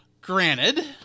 Granted